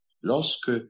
lorsque